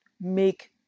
make